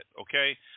okay